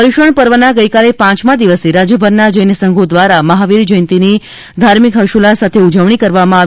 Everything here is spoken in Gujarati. પર્યુષણ પર્વના ગઇકાલે પાંચમાં દિવસે રાજ્યભરના જૈનસંઘો દ્વારા મહાવીર જયંતીની ધાર્મિક હર્ષોલ્લાસ સાથે ઉજવણી કરવામાં આવી